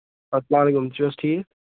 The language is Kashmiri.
اَسلام وعلیکُم تُہۍ چھِو حظ ٹھیٖک